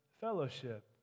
fellowship